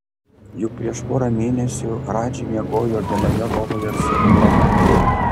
juk prieš porą mėnesių radži miegojo vienoje lovoje su ilona